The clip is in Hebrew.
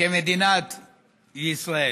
מדינת ישראל.